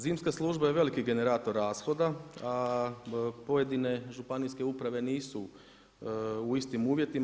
Zimska služba je veliki generator rashoda, a pojedine Županijske uprave nisu u istim uvjetima.